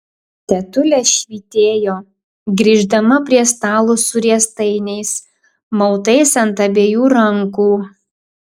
tetulė švytėjo grįždama prie stalo su riestainiais mautais ant abiejų rankų